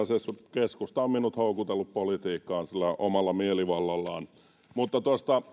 keskusta on minut houkutellut politiikkaan sillä omalla mielivallallaan